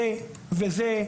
זה וזה,